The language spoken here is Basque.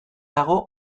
dago